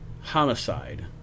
homicide